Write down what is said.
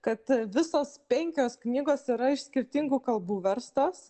kad visos penkios knygos yra iš skirtingų kalbų verstos